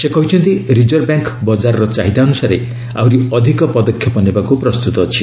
ସେ କହିଛନ୍ତି reserve bank ବଜାରର ଚାହିଦା ଅନୁସାରେ ଆହୁରି ଅଧିକ ପଦକ୍ଷେପ ନେବାକୁ ପ୍ରସ୍ତୁତ ଅଛି